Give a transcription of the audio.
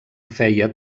feia